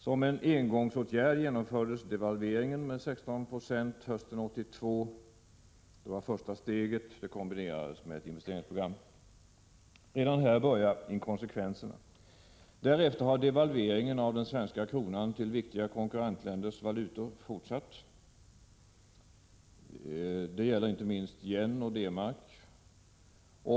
Som en engångsåtgärd genomfördes devalveringen med 16 96 hösten 1982. Det var ett första steg, som sedan kombinerades med ett investeringsprogram. Redan här börjar inkonsekvenserna. Efter devalveringen 1982 har devalveringen av den svenska kronan till viktiga konkurrentländers valutor fortsatt — det gäller inte minst yen och D-mark.